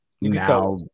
now